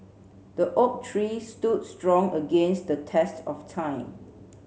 the oak tree stood strong against the test of time